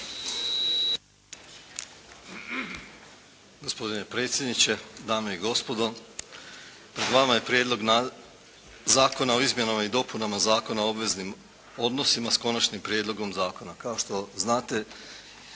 Gospodine predsjedniče, dame i gospodo. Pred vama je Prijedlog zakona o izmjenama i dopunama Zakona o obveznim odnosima s Konačnim prijedlogom zakona.